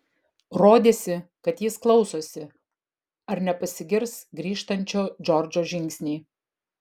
rodėsi kad jis klausosi ar nepasigirs grįžtančio džordžo žingsniai